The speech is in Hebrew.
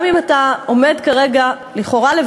גם אם לכאורה אתה עומד כרגע לבדך,